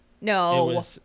No